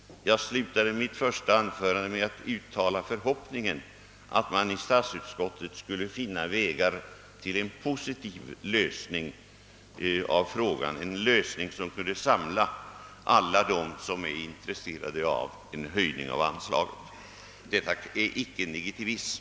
Jag slutade mitt första anförande med att uttala förhoppningen att statsutskottet skulle finna vägar till en positiv lösning, som kunde samla alla som är intresserade av en höjning av anslaget. Detta är icke negativism.